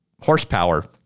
horsepower